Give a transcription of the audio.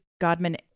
Godman